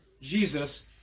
Jesus